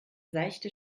seichte